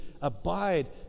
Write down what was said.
abide